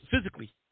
physically